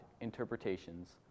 interpretations